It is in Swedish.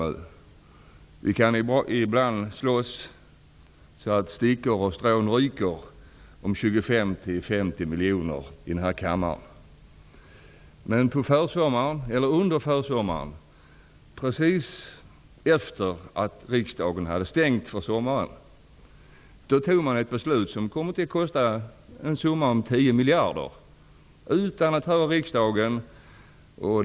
Jag vet att vi ibland i den här kammaren kan slåss om 25--50 miljoner så att stickor och strån ryker. Men under försommaren, precis efter det att riksdagen hade stängt för sommaren, fattade regeringen ett beslut som kommer att kosta en summa om 10 miljarder, detta utan att höra riksdagen.